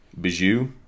Bijou